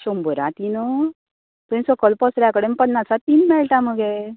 शंबरा तीन थंय सकल पसऱ्या कडेन पन्नासा तीन मेळटा मगे